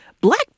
Black